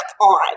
on